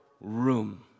room